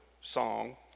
song